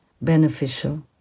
beneficial